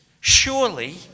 surely